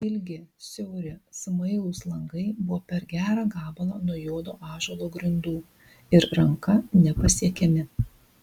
ilgi siauri smailūs langai buvo per gerą gabalą nuo juodo ąžuolo grindų ir ranka nepasiekiami